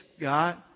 God